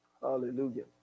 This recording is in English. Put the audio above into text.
Hallelujah